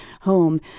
home